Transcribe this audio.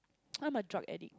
I'm a drug addict